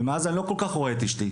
ומאז אני לא כל כך רואה את אשתי.